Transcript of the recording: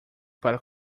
para